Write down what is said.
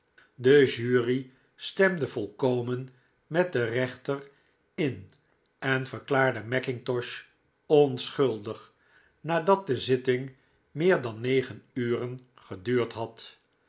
de jury stemde volkomen met den rechter in en verklaarde mackintosh onschuldig nadat de zitting meer dan negen uren geduurd had